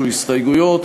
לא הוגשו הסתייגויות,